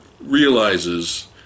realizes